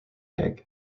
peg